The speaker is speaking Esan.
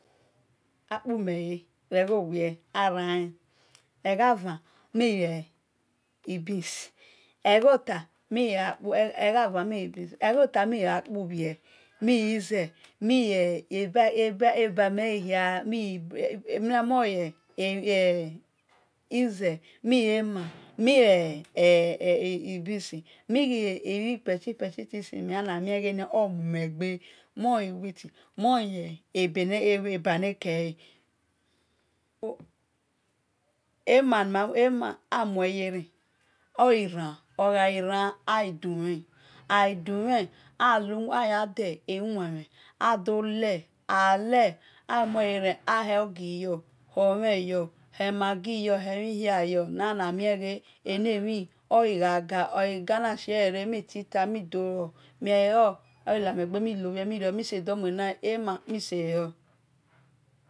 Akpu mel le eghowie arae eghara mie beans egjota egho ta mi akpu bhie anything nime yanle or yan mumwgbe mo e withi mo ee eba nakele ema amure yeran oghi ran oghi ran aghi dumhen aghakumhen aghan de emhiumenmhen adole aghe le amue yeran ahogi yor ho mhen yor hel margi yor hel mhi hia yor nana mie gja enemhi orgha ga ogha e ga ana shieee mi tita mi do lor oghi lamegbe